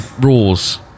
rules